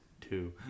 two